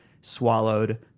swallowed